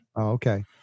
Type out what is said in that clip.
Okay